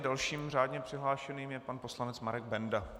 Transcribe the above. Dalším řádně přihlášeným je pan poslanec Marek Benda.